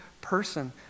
person